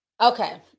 Okay